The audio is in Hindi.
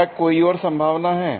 क्या कोई और संभावना है